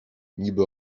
niby